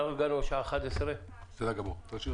אנחנו הגענו לשעה 11:00. נכון,